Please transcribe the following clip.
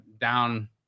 down